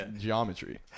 geometry